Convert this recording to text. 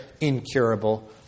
incurable